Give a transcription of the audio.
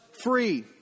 free